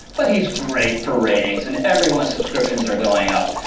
but he's great for ratings and everyone's subscriptions are going up.